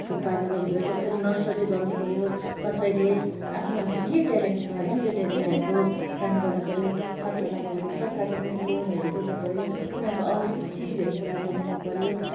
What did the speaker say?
थुप्पाको गर्नुपऱ्यो कसैले नर्सरी गर्नुपऱ्यो कसैले आफ्नो आफ्नो के ट्यालेन्ट छ होइन त्यो ट्यालेन्टहरूको काम गर्नुपऱ्यो सरकारलाई भन्नुपऱ्यो सरकारले पनि लोनहरू दिनुपऱ्यो उनीहरूको आवश्यक चिजहरू पुरा गरिदिनुपऱ्यो